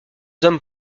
hommes